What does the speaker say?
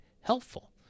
helpful